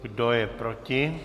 Kdo je proti?